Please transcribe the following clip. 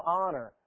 honor